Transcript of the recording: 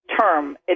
term